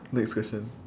next question